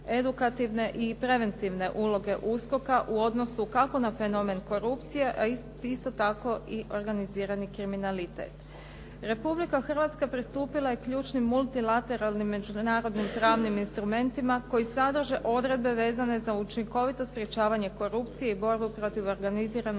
i preventivne uloge USKOK-a u odnosu kako na fenomen korupcije a isto tako i organizirani kriminalitet. Republika Hrvatska pristupila je ključnim multilateralnim međunarodnim pravnim instrumentima koji sadrže odredbe vezane za učinkovito sprječavanje korupcije i borbu protiv organiziranog